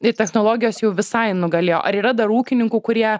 ir technologijos jau visai nugalėjo ar yra dar ūkininkų kurie